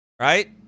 Right